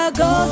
go